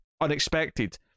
unexpected